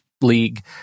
League